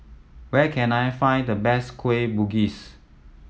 where can I find the best Kueh Bugis